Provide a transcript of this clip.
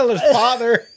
father